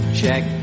check